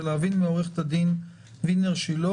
להבין מעו"ד וינר-שילה